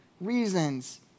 reasons